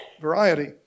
variety